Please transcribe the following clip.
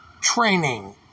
training